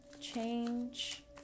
change